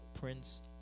prince